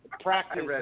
practice